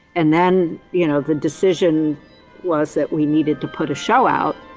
and then, you know, the decision was that we needed to put a show out